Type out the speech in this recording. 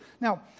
Now